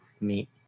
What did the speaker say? meet